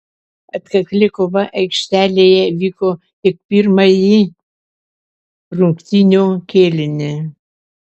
atkakli kova aikštelėje vyko tik pirmąjį rungtynių kėlinį